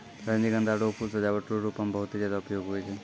रजनीगंधा रो फूल सजावट रो रूप मे बहुते ज्यादा उपयोग हुवै छै